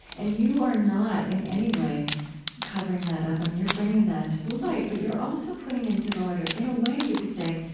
and you are not in any way covering that up. i mean, you're bringing that into the light, but you're also putting into the larger. in a way, you could say,